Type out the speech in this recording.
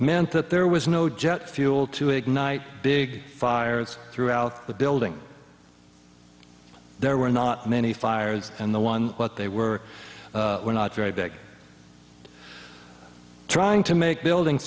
meant that there was no jet fuel to ignite big fires throughout the building there were not many fires and the one what they were were not very big trying to make building